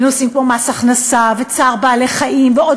בנושאים כמו מס הכנסה וצער בעלי-חיים ועוד